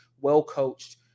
well-coached